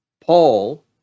Paul